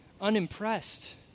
unimpressed